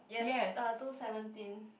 yes uh two seventeen